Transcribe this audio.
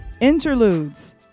Interludes